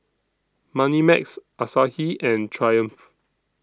Moneymax Asahi and Triumph